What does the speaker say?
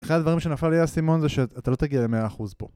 אחד הדברים שנפל לי האסימון זה שאתה לא תגיע ל-100% פה